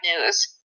news